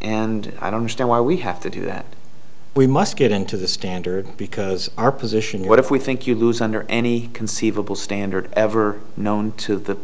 and i don't understand why we have to do that we must get into the standard because our position what if we think you lose under any conceivable standard ever known to the